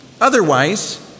otherwise